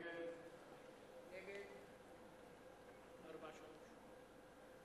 ההצעה שלא לכלול את הנושא בסדר-היום של